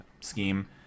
scheme